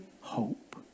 hope